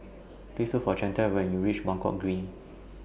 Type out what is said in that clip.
Please Look For Chantelle when YOU REACH Buangkok Green